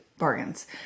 bargains